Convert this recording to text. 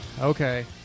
okay